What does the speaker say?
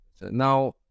Now